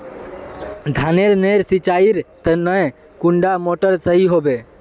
धानेर नेर सिंचाईर तने कुंडा मोटर सही होबे?